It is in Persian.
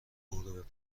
غروب